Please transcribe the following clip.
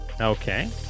Okay